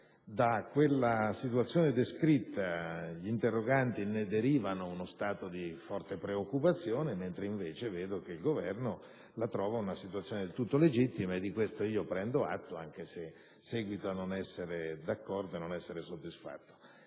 dalla situazione descritta dagli interpellanti deriva uno stato di forte preoccupazione, mentre apprendo che il Governo la trova invece una situazione del tutto legittima. Di questo prendo atto, anche se seguito a non essere d'accordo, né soddisfatto.